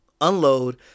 unload